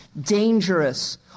dangerous